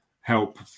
help